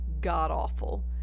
god-awful